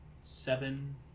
seven